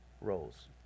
roles